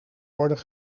worden